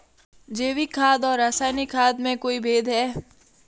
जैविक खाद और रासायनिक खाद में कोई भेद है?